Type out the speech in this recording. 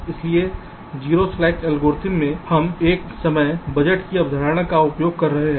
इसलिए 0 slack algorithm में हम एक समय बजट की अवधारणा का उपयोग कर रहे हैं